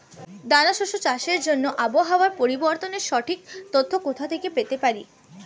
দানা শস্য চাষের জন্য আবহাওয়া পরিবর্তনের সঠিক তথ্য কোথা থেকে পেতে পারি?